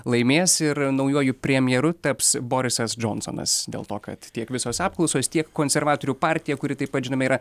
laimės ir naujuoju premjeru taps borisas džonsonas dėl to kad tiek visos apklausos tiek konservatorių partija kuri taip pat žinome yra